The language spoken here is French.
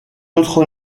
autre